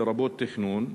לרבות תכנון,